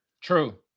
True